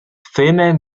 filmen